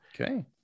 Okay